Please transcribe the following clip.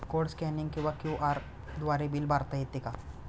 Code scanning किंवा QR द्वारे bill भरता येते का?